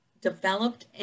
developed